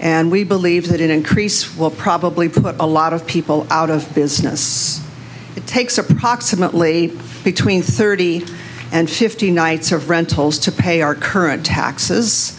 and we believe that an increase will probably put a lot of people out of business it takes approximately between thirty and fifty nights of rentals to pay our current taxes